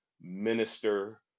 minister